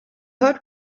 heard